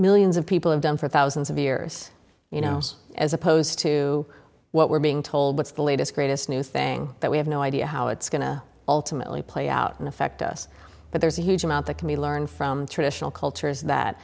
millions of people have done for thousands of years you know as opposed to what we're being told what's the latest greatest new thing that we have no idea how it's going to ultimately play out and affect us but there's a huge amount that can be learned from traditional cultures that